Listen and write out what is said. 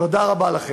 תודה רבה לכם.